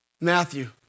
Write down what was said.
Matthew